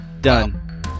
Done